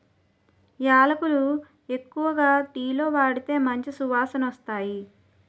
యాలకులు ఎక్కువగా టీలో వాడితే మంచి సువాసనొస్తాయి